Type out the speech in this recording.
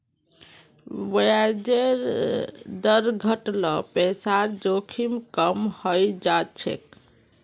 ब्याजेर दर घट ल पैसार जोखिम कम हइ जा छेक